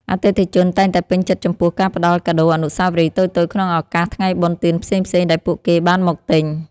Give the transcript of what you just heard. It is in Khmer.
អតិថិជនតែងតែពេញចិត្តចំពោះការផ្តល់កាដូអនុស្សាវរីយ៍តូចៗក្នុងឱកាសថ្ងៃបុណ្យទានផ្សេងៗដែលពួកគេបានមកទិញ។